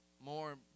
more